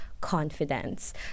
confidence